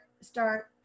start